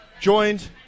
joined